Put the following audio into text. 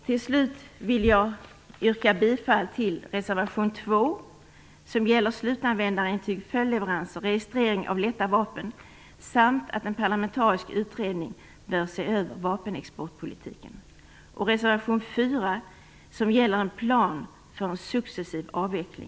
Till slut vill jag yrka bifall till reservation 2 - som gäller slutanvändarintyg, följdleveranser, registrering av lätta vapen samt att en parlamentarisk utredning skall se över vapenexportpolitiken - och reservation